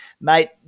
mate